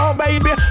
baby